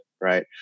right